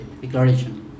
declaration